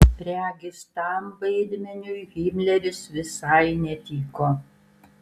regis tam vaidmeniui himleris visai netiko